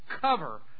cover